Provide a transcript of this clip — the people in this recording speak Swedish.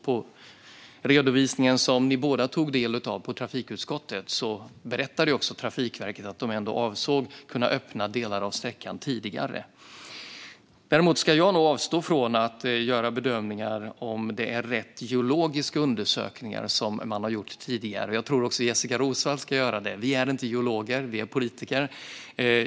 På redovisningen som ni båda tog del av i trafikutskottet berättade Trafikverket att de ändå avser att kunna öppna delar av sträckan tidigare. Däremot ska jag nog avstå från att göra bedömningar om man gjort rätt geologiska undersökningar tidigare, och jag tror också att Jessika Roswall ska göra det. Vi är inte geologer. Vi är politiker.